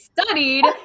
studied